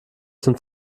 zum